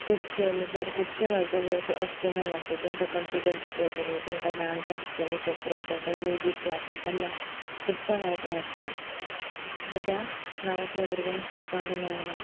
खुबशे म्हटल्यार खुबश्यो गजाली अशे एक्सटर्नल आसता तांकां कंप्युटर शिकयतली तांकां डांस आसतली सेपरेट तांकां म्युजीक क्लासीस आसला खुबसा गायकाय आसता हे ज्या गांवांतल्या भुरग्यांक शिकपाक मेळना